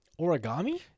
origami